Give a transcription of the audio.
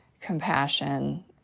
compassion